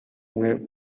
w’ubumwe